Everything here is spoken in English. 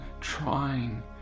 trying